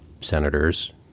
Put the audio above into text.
senators